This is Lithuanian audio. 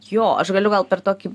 jo aš galiu gal per tokį